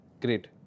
Great